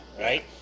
right